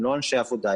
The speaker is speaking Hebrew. הם לא אנשי עבודה.